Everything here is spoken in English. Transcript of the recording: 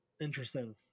Interesting